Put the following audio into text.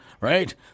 right